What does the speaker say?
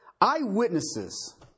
Eyewitnesses